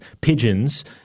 pigeons